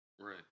Right